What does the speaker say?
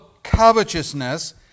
covetousness